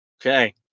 Okay